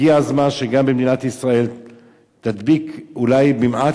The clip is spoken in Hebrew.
הגיע הזמן שגם מדינת ישראל תדביק אולי במעט